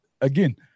again